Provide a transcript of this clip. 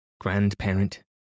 grandparent